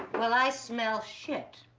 well i smell shit.